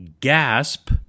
GASP